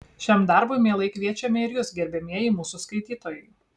šiam darbui mielai kviečiame ir jus gerbiamieji mūsų skaitytojai